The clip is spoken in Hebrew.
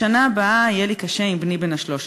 בשנה הבאה יהיה לי קשה עם בני בן ה-13.